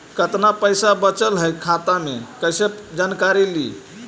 कतना पैसा बचल है खाता मे कैसे जानकारी ली?